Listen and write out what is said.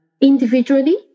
Individually